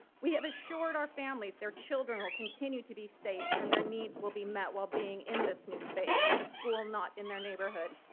we have assured our families their children will continue to be safe and their needs will be met while being in this new space, a school not in their neighborhood.